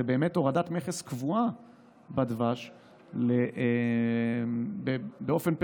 באמת הורדת מכס קבועה על דבש באופן פרמננטי,